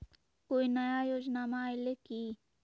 कोइ नया योजनामा आइले की?